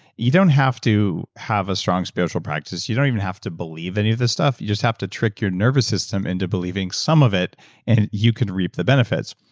you don't have to have a strong spiritual practice, you don't even have to believe any of this stuff, you just have to trick your nervous system into believing some of it and you could reap the benefits.